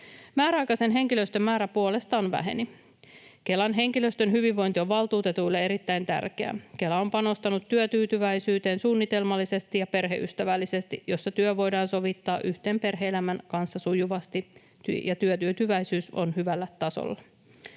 Määräaikaisen henkilöstön määrä puolestaan väheni. Kelan henkilöstön hyvinvointi on valtuutetuille erittäin tärkeää. Kela on panostanut työtyytyväisyyteen suunnitelmallisesti ja perheystävällisesti, jolloin työ voidaan sovittaa yhteen perhe-elämän kanssa sujuvasti ja työtyytyväisyys on hyvällä tasolla.